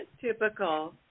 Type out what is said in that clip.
Typical